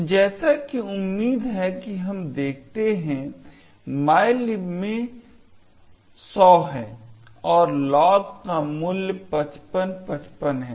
तो जैसा कि उम्मीद है कि हम देखते है mylib में 100 है और log का मूल्य 5555 है